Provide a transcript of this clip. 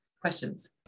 questions